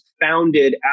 founded